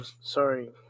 sorry